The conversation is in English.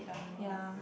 ya